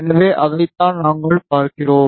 எனவே அதைத்தான் நாங்கள் பார்க்கிறோம்